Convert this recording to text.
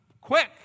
quick